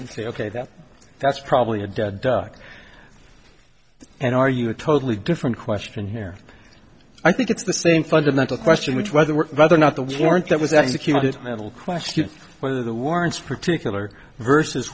and say ok that that's probably a dead duck and are you a totally different question here i think it's the same fundamental question which whether we're rather not the warrant that was executed metal question whether the warrants particular vers